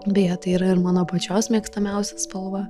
beje tai yra ir mano pačios mėgstamiausia spalva